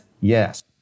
Yes